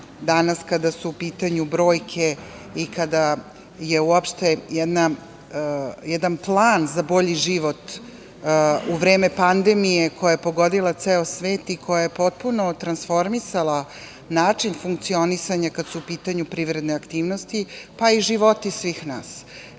danas kada su u pitanju brojke i kada je uopšte jedan plan za bolji život u vreme pandemije koja je pogodila ceo svet i koja je potpuno transformisala način funkcionisanja kad su u pitanju privredne aktivnosti, pa i životi svih nas. Kad